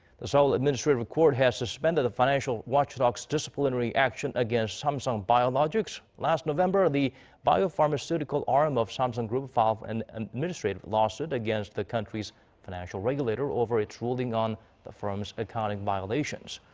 the seoul administrative court has suspended the financial watchdog's disciplinary actions against samsung biologics. last november, the biopharmaceutical arm of samsung group filed an an administrative lawsuit against the country's financial regulator over its ruling on the firm's accounting violations.